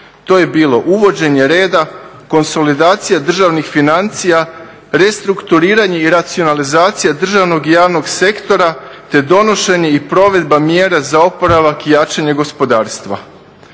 To je bilo uvođenje reda, konsolidacija državnih financija, restrukturiranje i racionalizacija državnog i javnog sektora te donošenje i provedba mjera za oporavak i jačanje gospodarstva.